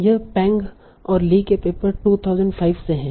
यह पैंग और ली के पेपर 2005 से है